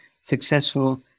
successful